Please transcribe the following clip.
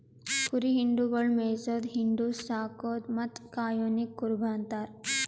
ಕುರಿ ಹಿಂಡುಗೊಳಿಗ್ ಮೇಯಿಸದು, ಹಿಂಡು, ಸಾಕದು ಮತ್ತ್ ಕಾಯೋನಿಗ್ ಕುರುಬ ಅಂತಾರ